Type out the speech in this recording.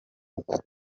uku